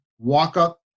walk-up